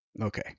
okay